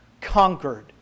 conquered